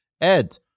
Ed